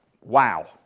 wow